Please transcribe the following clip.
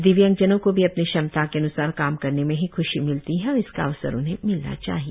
दिव्यांगजनों को भी अपनी क्षमता के अन्सार काम करने में ही ख्शी मिलती है और इसका अवसर मिलना चाहिए